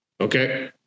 Okay